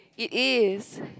it is